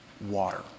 Water